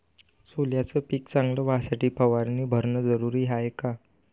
सोल्याचं पिक चांगलं व्हासाठी फवारणी भरनं जरुरी हाये का?